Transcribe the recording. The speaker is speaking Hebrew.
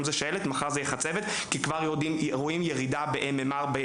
היום זה שעלת ומחר זה חצבת כי כבר רואים ירידה בהתחסנות